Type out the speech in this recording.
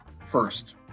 first